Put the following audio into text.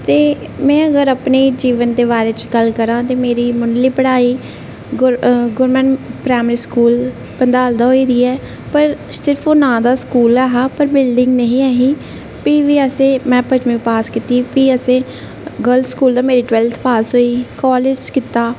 ते में अगर अपने जीवन दे बारै च गल्ल करां ते मेरी मुंढली पढ़ाई गौरमेंट प्राईमरी स्कूल दंदाल दा होई दी ऐ पर ओह् सिर्फ नांऽ दा स्कूल हा अपनी बिल्डिंग निं ही प्ही बी असें पंञमीं पास कीती ते गलर्स स्कूल दा बारहमीं पास होई कॉलेज कीता